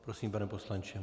Prosím, pane poslanče.